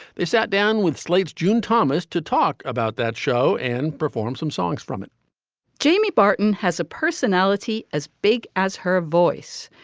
they sat down with slate's june thomas to talk about that show and perform some songs from it jamie barton has a personality as big as her voice.